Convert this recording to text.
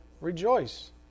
Rejoice